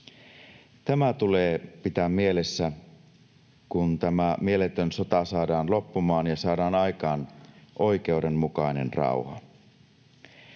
Tämä tulee pitää mielessä, kun tämä mieletön sota saadaan loppumaan ja saadaan aikaan oikeudenmukainen rauha.